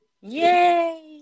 Yay